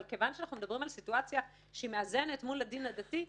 אבל כיוון שאנחנו מדברים על סיטואציה שהיא מאזנת מול הדין הדתי,